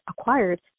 acquired